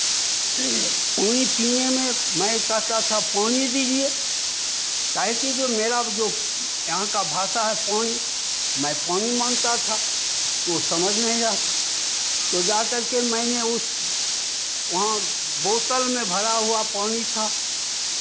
पानी पीने में मैं कहता था पानी दीजिये काहे कि जो मेरा जो यहाँ का भाषा है पानी मैं पानी मांगता था वो समझ नहीं रहा था तो जा करके के मैंने उस वहाँ बोतल में भरा हुआ पानी था